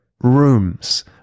Rooms